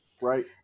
Right